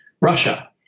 Russia